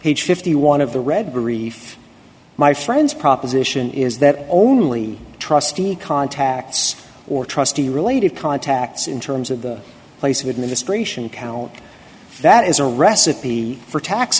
page fifty one of the read brief my friend's proposition is that only trustee contacts or trustee related contacts in terms of the place of administration count that is a recipe for tax